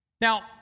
Now